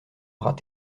bras